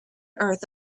earth